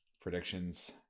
predictions